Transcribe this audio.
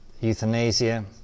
euthanasia